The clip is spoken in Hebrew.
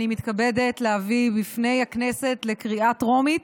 אני מתכבדת להביא בפני הכנסת לקריאה טרומית